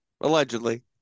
Allegedly